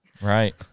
Right